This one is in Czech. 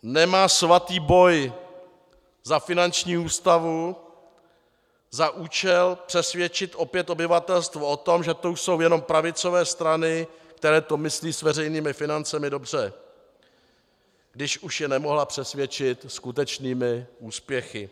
Nemá svatý boj za finanční ústavu za účel přesvědčit opět obyvatelstvo o tom, že to jsou jenom pravicové strany, které to myslí s veřejnými financemi dobře, když už je nemohla přesvědčit skutečnými úspěchy?